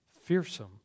fearsome